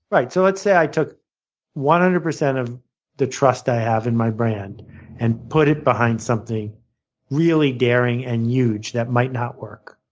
so let's say i took one hundred percent of the trust i have in my brand and put it behind something really daring and huge that might not work.